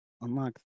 unlock